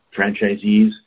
franchisees